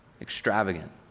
extravagant